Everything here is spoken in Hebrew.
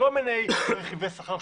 כל מיני רכיבי שכר,